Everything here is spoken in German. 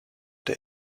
der